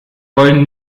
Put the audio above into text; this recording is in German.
wollen